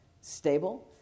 stable